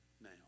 now